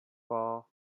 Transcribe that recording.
all